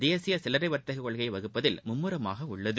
தேசிய சில்லறை வர்த்தகக் கொள்கையை வகுப்பதில் மும்முரமாக உள்ளது